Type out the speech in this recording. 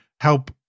help